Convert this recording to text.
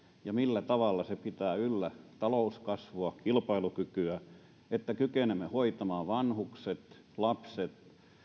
ja millä tavalla se pitää yllä talouskasvua kilpailukykyä niin että kykenemme hoitamaan vanhukset lapset